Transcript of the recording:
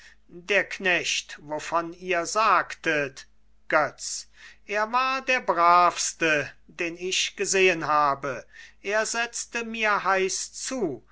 der knecht wovon ihr sagtet götz es war der bravste den ich gesehen habe er setzte mir heiß zu